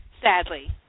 Sadly